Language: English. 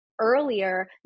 Earlier